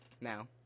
now